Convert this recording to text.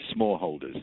smallholders